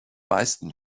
meisten